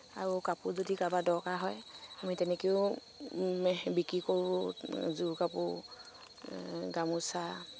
আৰু কাপোৰ যদি কাবাৰ দৰকাৰ হয় আমি তেনেকেও বিক্ৰী কৰো যোৰ কাপোৰ গামোচা